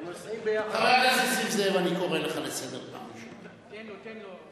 הם נוסעים ביחד, תן לו, תן לו.